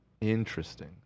interesting